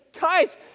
Guys